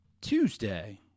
Tuesday